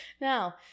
Now